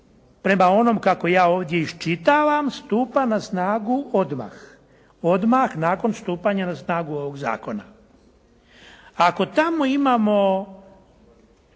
prema onom kako ja ovdje iščitavam, stupa na snagu odmah, odmah nakon stupanja na snagu ovog zakona. Ako tamo imamo